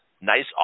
nice